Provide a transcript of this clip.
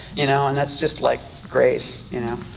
you know. and that's just like grace, you know.